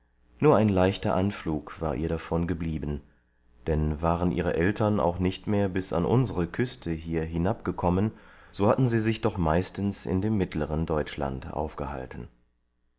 nur ein leichter anflug war ihr davon geblieben denn waren ihre eltern auch nicht mehr bis an unsere küste hier hinabgekommen so hatten sie sich doch meistens in dem mittleren deutschland aufgehalten